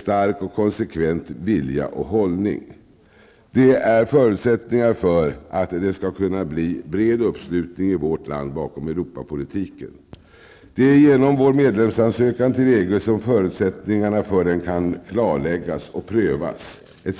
stark och konsekvent vilja och hållning. Det här är förutsättningarna för att det skall kunna bli en bred uppslutning i vårt land bakom Det är genom vår medlemsansökan till EG som förutsättningarna för den kan klarläggas och prövas.